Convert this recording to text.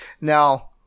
Now